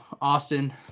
Austin